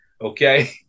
Okay